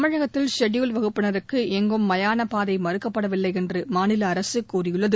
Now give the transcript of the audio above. தமிழகத்தில் ஷெடியூவ்ட் வகுப்பினருக்கு ளங்கும் மயானப்பாதை மறுக்கப்படவில்லை என்று மாநில அரசு கூறியுள்ளது